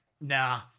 Nah